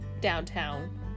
downtown